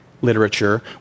literature